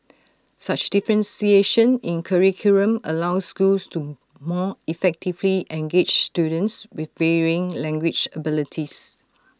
such differentiation in curriculum allows schools to more effectively engage students with varying language abilities